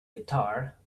guitar